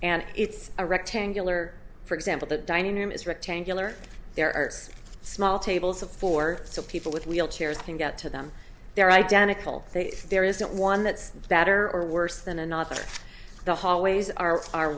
and it's a rectangular for example the dining room is rectangular there are small tables of four so people with wheel chairs can get to them they're identical there isn't one that's better or worse than another the hallways are are